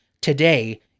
Today